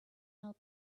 help